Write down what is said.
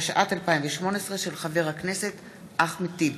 התשע"ט 2018, של חבר הכנסת אחמד טיבי,